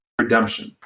redemption